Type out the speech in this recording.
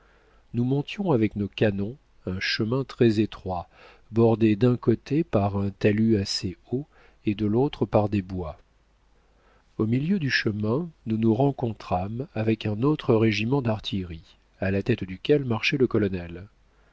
nous montions avec nos canons un chemin très-étroit bordé d'un côté par un talus assez haut et de l'autre par des bois au milieu du chemin nous nous rencontrâmes avec un autre régiment d'artillerie à la tête duquel marchait le colonel